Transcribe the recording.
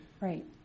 Right